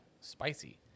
Spicy